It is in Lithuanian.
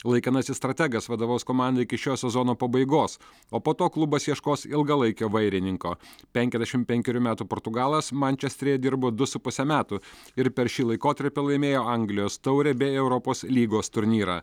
laikinasis strategas vadovaus komandai iki šio sezono pabaigos o po to klubas ieškos ilgalaikio vairininko penkiasdešim penkerių metų portugalas mančesteryje dirbo du su puse metų ir per šį laikotarpį laimėjo anglijos taurę bei europos lygos turnyrą